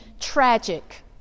tragic